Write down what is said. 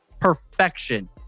perfection